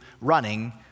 running